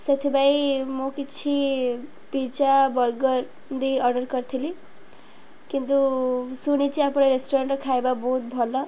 ସେଥିପାଇଁ ମୁଁ କିଛି ପିଜ୍ଜା ବର୍ଗର ଦେଇ ଅର୍ଡ଼ର କରିଥିଲି କିନ୍ତୁ ଶୁଣିଛି ଆପଣଙ୍କ ରେଷ୍ଟୁରାଣ୍ଟର ଖାଇବା ବହୁତ ଭଲ